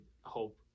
hope